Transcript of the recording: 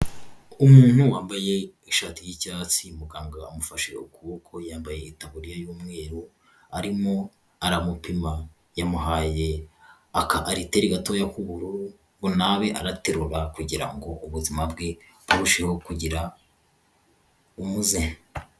Umuntu wambaye ishati y'icyatsi, muganga amufashe ukuboko yambaye itaburiya y'umweru arimo aramupima, yamuhaye aka ariteri gatoya k'ubururu, ngo ni abe araterura kugira ngo ubuzima bwe burusheho kugira umuze.